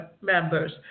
members